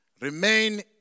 Remain